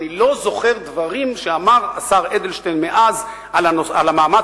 אני לא זוכר דברים שאמר השר אדלשטיין מאז על המאמץ